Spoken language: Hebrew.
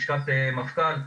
לשכת מפכ"ל,